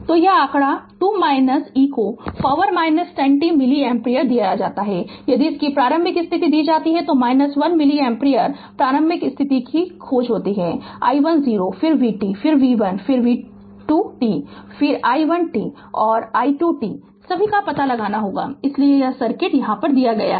Refer Slide Time 2721 तो यह आंकड़ा 2 -e को पॉवर 10 t मिली एम्पीयर दिया जाता है यदि इसकी प्रारंभिक स्थिति दी जाती है 1 मिली एम्पीयर प्रारंभिक स्थिति को खोजें i1 0 फिर vt फिर v 1 फिर v 2 t फिर i 1 t और i 2 t सभी को इसका पता लगाना होगा इसलिए यह सर्किट यहाँ दिया गया है